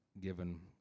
given